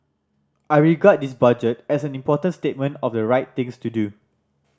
I regard this Budget as an important statement of the right things to do